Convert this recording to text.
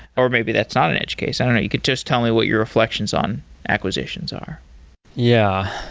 or maybe that's not and edge case. i don't know. you could just tell me what your reflections on acquisitions are yeah